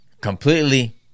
completely